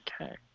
Okay